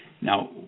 Now